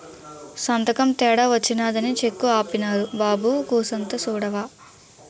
సంతకం తేడా వచ్చినాదని సెక్కు ఆపీనారు బాబూ కూసంత సూడవా